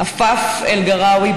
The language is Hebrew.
עפאף אל-גרגאוי,